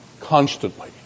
constantly